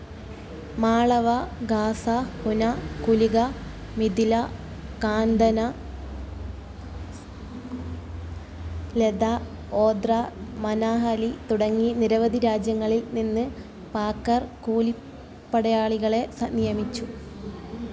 മാളവ ഗാസ ഹുന കുലിക മിഥില കാന്തന ലത ഓദ്ര മനാഹലി തുടങ്ങി നിരവധി രാജ്യങ്ങളിൽ നിന്ന് പാക്കർ കൂലിപ്പടയാളികളെ സ നിയമിച്ചു